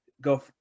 go